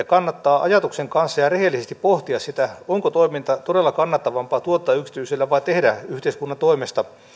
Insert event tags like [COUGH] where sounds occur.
[UNINTELLIGIBLE] kannattaa ajatuksen kanssa ja rehellisesti pohtia sitä onko toiminta todella kannattavampaa tuottaa yksityisellä vai tehdä yhteiskunnan toimesta